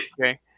Okay